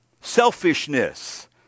selfishness